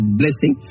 blessing